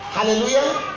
Hallelujah